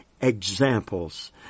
examples